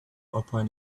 upon